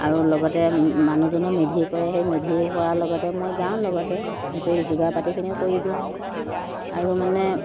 আৰু লগতে মানুহজনো মেধি কৰে সেই মেধি হোৱা লগতে মই যাওঁ লগতে মেধিক যোগাৰ পাতিখিনিও কৰি দিওঁ আৰু মানে